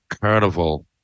carnival